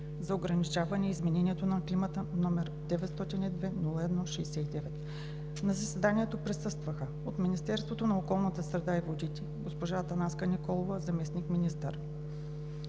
за ограничаване изменението на климата, № 902-01-69. На заседанието присъстваха: от Министерството на околната среда и водите – Атанаска Николова, заместник-министър,